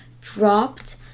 dropped